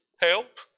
help